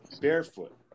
barefoot